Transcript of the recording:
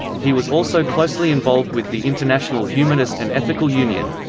he was also closely involved with the international humanist and ethical union.